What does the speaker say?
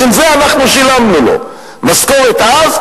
בשביל זה אנחנו שילמנו לו משכורת אז,